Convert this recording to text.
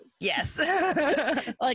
Yes